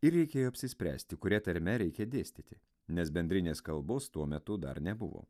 ir reikėjo apsispręsti kuria tarme reikia dėstyti nes bendrinės kalbos tuo metu dar nebuvo